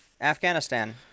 Afghanistan